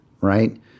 right